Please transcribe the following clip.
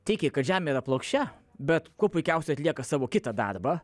tiki kad žemė yra plokščia bet kuo puikiausiai atlieka savo kitą darbą